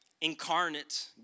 incarnate